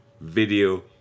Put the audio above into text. Video